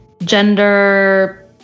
gender